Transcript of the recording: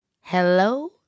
Hello